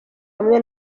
hamwe